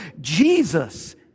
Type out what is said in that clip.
Jesus